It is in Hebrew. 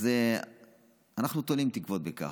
אז אנחנו תולים תקוות בכך.